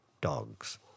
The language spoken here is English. dogs